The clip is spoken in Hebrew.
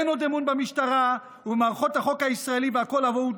אין עוד אמון במשטרה ובמערכות החוק הישראלי והכול אבוד.